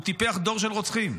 הוא טיפח דור של רוצחים.